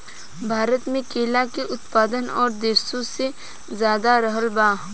भारत मे केला के उत्पादन और देशो से ज्यादा रहल बा